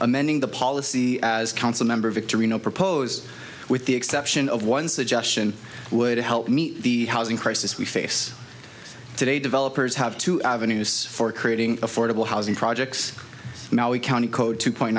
amending the policy as council member victory no proposed with the exception of one suggestion would help meet the housing crisis we face today developers have two avenues for creating affordable housing projects we county code two point